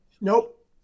Nope